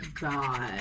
god